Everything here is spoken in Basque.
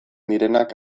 direnak